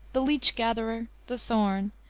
the leech gatherer, the thorn,